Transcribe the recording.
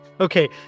okay